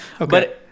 Okay